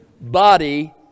body